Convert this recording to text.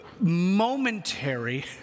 Momentary